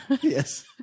Yes